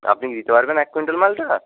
তো আপনি দিতে পারবেন এক কুইন্টাল মালটা